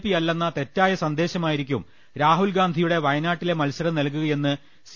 പിയല്ലെന്ന തെറ്റായ സന്ദേ ശമായിരിക്കും രാഹുൽഗാന്ധിയുടെ വയനാട്ടിലെ മത്സരം നൽകു കയെന്ന് സി